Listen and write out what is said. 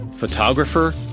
Photographer